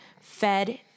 fed